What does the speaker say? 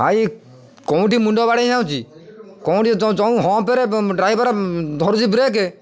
ଭାଇ କେଉଁଠି ମୁଣ୍ଡ ବାଡ଼େଇ ଯାଉଛି କେଉଁଠି ଯେଉଁ ହଁପରେ ଡ୍ରାଇଭର୍ ଧରୁଛି ବ୍ରେକ୍